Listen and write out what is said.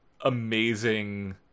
amazing